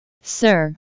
Sir